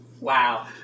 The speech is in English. Wow